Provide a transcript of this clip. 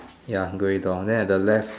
ya grey door then at the left